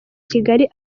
kigali